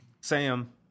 Sam